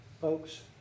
Folks